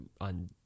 on